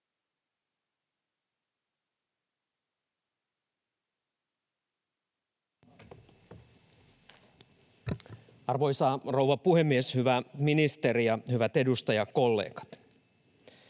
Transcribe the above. Arvoisa rouva puhemies! Hyvä ministeri ja hyvät edustajakollegat!